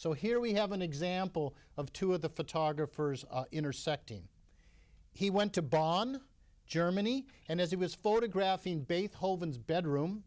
so here we have an example of two of the photographers intersecting he went to bonn germany and as he was photographing beethoven's bedroom